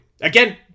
Again